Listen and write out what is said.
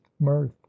mirth